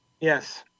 Yes